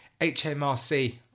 HMRC